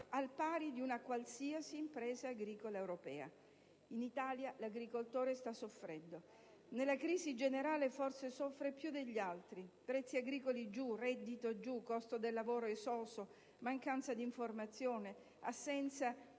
al pari di una qualsiasi impresa agricola europea. In Italia l'agricoltore sta soffrendo. Nella crisi generale forse soffre più degli altri: prezzi agricoli giù, reddito giù, costo del lavoro esoso, mancanza d'informazione, assenza di